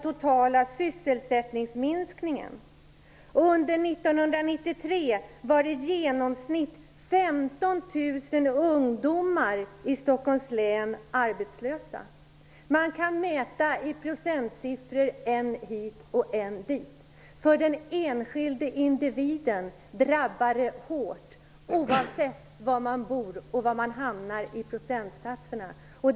Arbetslösa ungdomar står för Stockholms län arbetslösa. Man kan diskutera procentsatser hit och dit -- den enskilde individen drabbas hårt oavsett var han eller hon bor och hur stora procentsatserna är.